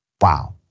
Wow